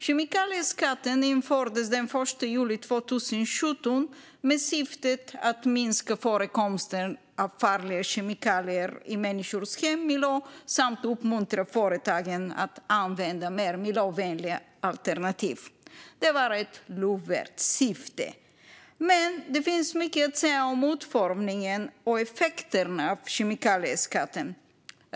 Kemikalieskatten infördes den 1 juli 2017 med syfte att minska förekomsten av farliga kemikalier i människors hemmiljö samt att uppmuntra företagen att använda mer miljövänliga alternativ. Det var ett lovvärt syfte, men det finns mycket att säga om utformningen och effekterna av kemikalieskatten.